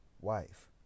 Wife